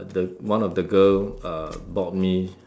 uh the one of the girl uh bought me